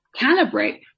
calibrate